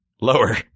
Lower